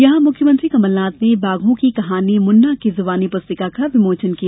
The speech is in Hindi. यहां मुख्यमंत्री कमलनाथ ने बाघों की कहानी मुन्ना की जुबानी पुस्तिका का विमोचन किया